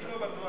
אני לא בטוח